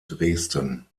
dresden